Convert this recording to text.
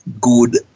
good